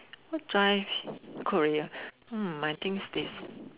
what drive career hmm I think this